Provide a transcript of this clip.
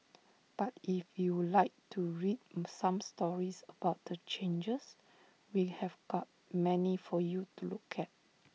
but if you like to read some stories about the changes we have got many for you to look at